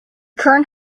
current